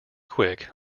quick